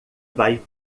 vai